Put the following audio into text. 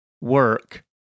work